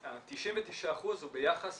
ה-99% הוא ביחס